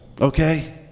Okay